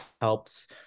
helps